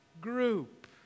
group